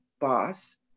boss